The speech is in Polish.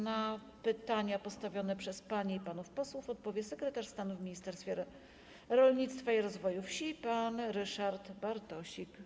Na pytania postawione przez panie i panów posłów odpowie sekretarz stanu w Ministerstwie Rolnictwa i Rozwoju Wsi pan Ryszard Bartosik.